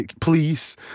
Please